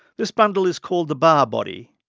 this bundle is called the barr body,